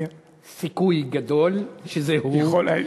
סיכוי גדול שזה הוא,